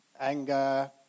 anger